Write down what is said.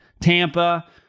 Tampa